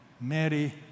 Mary